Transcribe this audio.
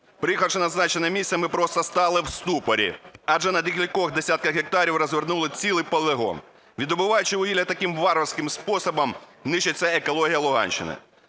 Приїхавши в зазначене місце, ми просто стали в ступорі, адже на декількох десятках гектарів розвернули цілий полігон. Видобуваючи вугілля таким варварським способом, нищиться екологія Луганщини.